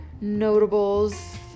notables